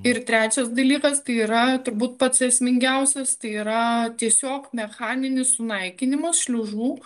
ir trečias dalykas tai yra turbūt pats esmingiausias tai yra tiesiog mechaninis sunaikinimas šliužų